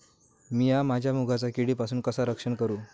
मीया माझ्या मुगाचा किडीपासून कसा रक्षण करू?